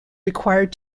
required